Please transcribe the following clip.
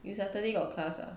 you saturday got class ah